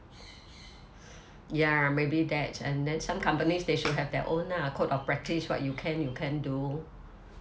ya maybe that and then some companies they should have their own ah code of practice what you can you can't do